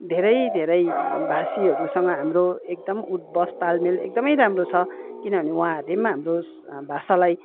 धेरै धेरै भाषीहरूसँग हाम्रो एकदम उठबस तालमेल एकदमै राम्रो छ किनभने वहाँहरूलेम् हाम्रो भाषालाई